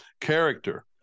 character